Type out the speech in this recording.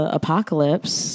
apocalypse